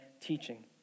teaching